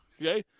okay